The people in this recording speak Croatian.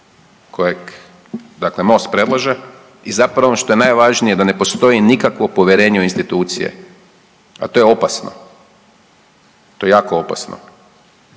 kojeg dakle Most predlaže i zapravo ono što je najvažnije da ne postoji nikakvo povjerenje u institucije, a to je opasno, to je jako opasno.